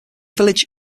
village